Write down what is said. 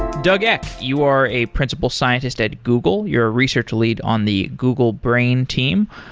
doug eck, you are a principal scientist at google, you're a research lead on the google brain team.